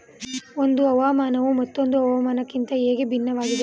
ಒಂದು ಹವಾಮಾನವು ಮತ್ತೊಂದು ಹವಾಮಾನಕಿಂತ ಹೇಗೆ ಭಿನ್ನವಾಗಿದೆ?